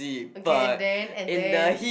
okay and then and then